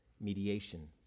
mediation